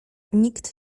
nikt